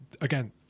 again